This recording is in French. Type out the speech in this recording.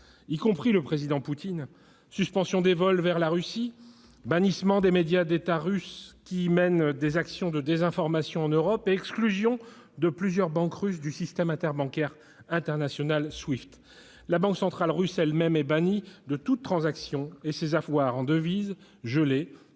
y compris le président Poutine, suspension des vols vers la Russie, bannissement des médias d'État russes qui mènent des actions de désinformation en Europe et exclusion de plusieurs banques russes du système interbancaire international Swift. La banque centrale russe elle-même est bannie de toute transaction et ses avoirs en devises